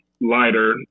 lighter